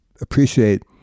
appreciate